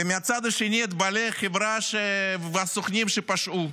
ומהצד השני את בעלי החברה והסוכנים שפשעו,